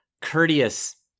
courteous